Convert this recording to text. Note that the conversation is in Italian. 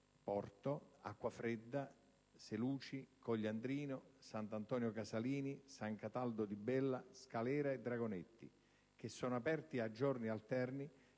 Porto, Acquafredda, Seluci, Cogliandrino, Sant'Antonio Casalini, San Cataldo di Bella, Scalera e Dragonetti), che sono aperti a giorni alterni,